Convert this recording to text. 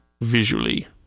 visually